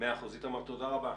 איתמר תודה רבה.